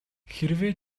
хэрвээ